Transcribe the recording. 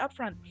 upfront